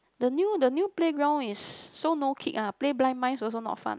the new the new playground is so no kick ah play blind mice also not fun